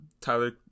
Tyler